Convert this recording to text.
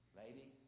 lady